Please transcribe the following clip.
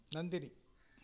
Nandini